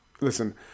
listen